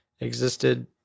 existed